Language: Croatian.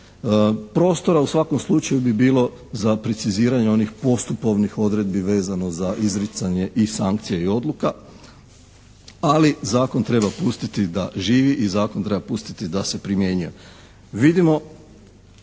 Prostora u svakom slučaju bi bilo za preciziranje onih postupovnih odredbi vezno za izricanje i sankcija i odluka, ali zakon treba pustiti da živi i zakon treba pustiti da se primjenjuje.